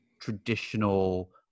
traditional